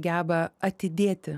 geba atidėti